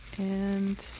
and.